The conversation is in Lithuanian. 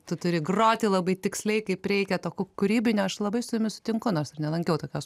tu turi groti labai tiksliai kaip reikia to ku kūrybinio aš labai su jumis sutinku nors ir nelankiau tokios